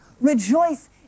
Rejoice